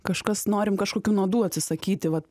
kažkas norim kažkokių nuodų atsisakyti vat